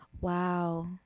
Wow